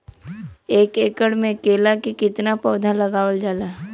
एक एकड़ में केला के कितना पौधा लगावल जाला?